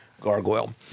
Gargoyle